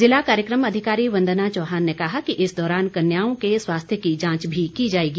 जिला कार्यक्रम अधिकारी वंदना चौहान ने कहा कि इस दौरान कन्याओं के स्वास्थ्य की जांच भी की जाएगी